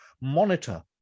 monitor